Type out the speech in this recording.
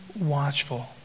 watchful